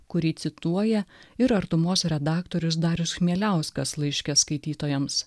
kurį cituoja ir artumos redaktorius darius chmieliauskas laiške skaitytojams